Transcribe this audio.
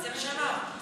אפליה דתית למה?